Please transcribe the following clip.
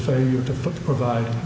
failure to provide